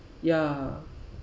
ya